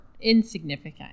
insignificant